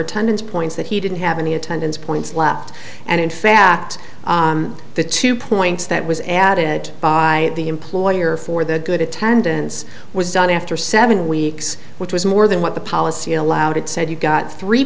attendance points that he didn't have any attendance points left and in fact the two points that was added by the employer for the good attendance was done after seven weeks which was more than what the policy allowed it said you got three